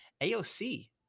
AOC